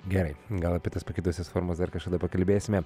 gerai gal apie tas pakitusias formas dar kažkada pakalbėsime